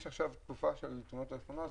אם יש עכשיו תקופה של תאונות אופנוע אז